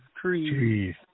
trees